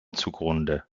zugrunde